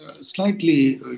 Slightly